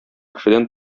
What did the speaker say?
кешедән